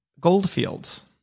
goldfields